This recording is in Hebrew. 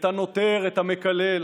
את הנוטר, את המקלל,